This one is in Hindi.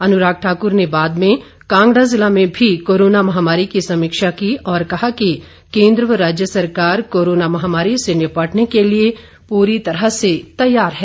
अनुराग ठाकुर ने बाद में कांगड़ा जिला में भी कोरोना महामारी की समीक्षा की और कहा कि केंद्र व राज्य सरकार कोरोना महामारी से निपटने के लिए पूरी तरह से तैयार है